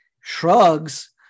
shrugs